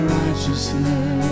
righteousness